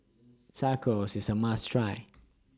Tacos IS A must Try